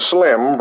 Slim